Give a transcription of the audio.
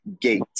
gate